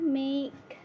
make